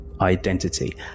identity